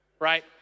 right